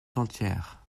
entière